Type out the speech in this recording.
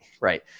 right